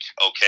okay